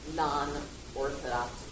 non-orthodox